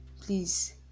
please